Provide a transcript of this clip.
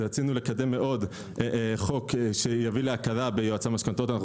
רצינו לקדם מאוד חוק שיביא להכרה ביועצי משכנתאות אנו